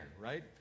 right